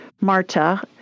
Marta